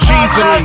Jesus